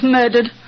murdered